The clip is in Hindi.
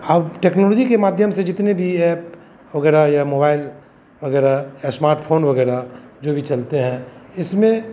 अब टेक्नोलॉजी के माध्यम से जितने भी ऐप वगैरह या मोबाइल वगैरह या स्मार्टफोन वगैरह जो भी चलते हैं इसमें